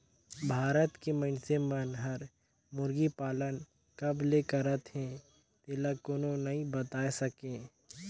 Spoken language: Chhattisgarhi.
भारत के मइनसे मन हर मुरगी पालन कब ले करत हे तेला कोनो नइ बताय सके